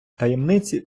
таємниці